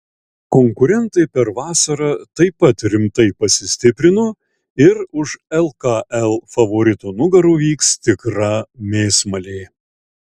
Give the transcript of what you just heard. konkurentai per vasarą taip pat rimtai pasistiprino ir už lkl favoritų nugarų vyks tikra mėsmalė